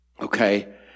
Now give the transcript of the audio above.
Okay